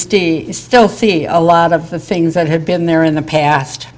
still still see a lot of the things that have been there in the past